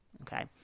okay